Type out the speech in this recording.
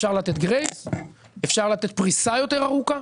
אפשר לתת גרייס, אפשר לתת פריסה יותר ארוכה.